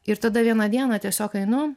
ir tada vieną dieną tiesiog einu